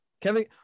Kevin